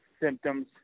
symptoms